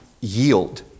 yield